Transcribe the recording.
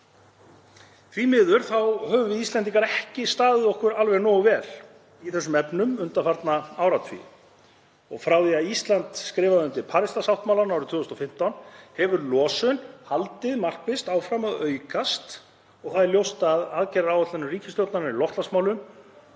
Því miður höfum við Íslendingar ekki staðið okkur nógu vel í þeim efnum undanfarna áratugi. Frá því að Ísland skrifaði undir Parísarsáttmálann árið 2015 hefur losun haldið markvisst áfram að aukast. Ljóst er að aðgerðaáætlun ríkisstjórnarinnar í loftslagsmálum